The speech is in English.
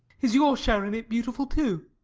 is your share in it beautiful, too?